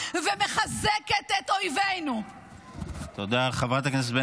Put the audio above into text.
את חיזקת את חמאס ------ חבר הכנסת כסיף,